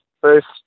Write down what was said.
first